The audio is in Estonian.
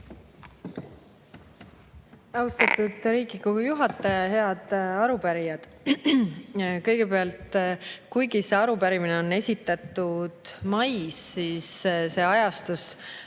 Austatud Riigikogu juhataja! Head arupärijad! Kõigepealt, kuigi see arupärimine on esitatud mais, siis ajastus